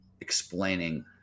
explaining